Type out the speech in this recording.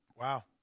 Wow